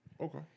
Okay